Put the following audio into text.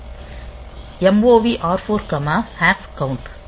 மற்றும் MOV R4 count